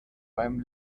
beim